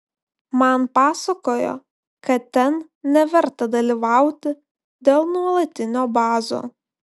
man pasakojo kad ten neverta dalyvauti dėl nuolatinio bazo